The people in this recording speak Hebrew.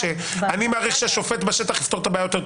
אני מעריך ששופט בשטח יפתור את הבעיה טוב